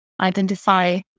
identify